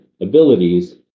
abilities